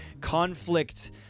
conflict